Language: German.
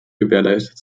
gewährleistet